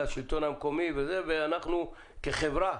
לשלטון המקומי ואנחנו כחברה,